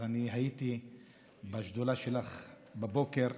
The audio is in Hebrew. אני הייתי בשדולה שלך בבוקר,